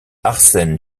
arsène